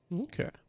Okay